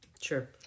Sure